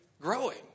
growing